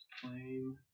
claim